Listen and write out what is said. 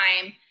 time